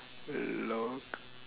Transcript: look